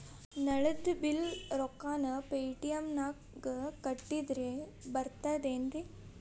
ನಳದ್ ಬಿಲ್ ರೊಕ್ಕನಾ ಪೇಟಿಎಂ ನಾಗ ಕಟ್ಟದ್ರೆ ಬರ್ತಾದೇನ್ರಿ?